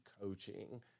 coaching